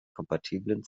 kompatiblen